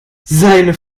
seine